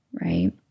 right